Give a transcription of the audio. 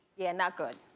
yeah, not good,